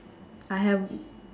I have